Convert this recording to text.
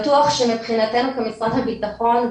בטוח שמבחינתנו כמשרד הבטחון,